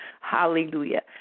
Hallelujah